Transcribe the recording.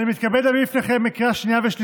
אני מתכבד להביא בפניכם לקריאה השנייה ולקריאה